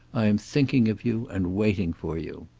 i am thinking of you and waiting for you.